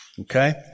okay